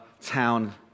town